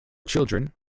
children